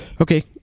okay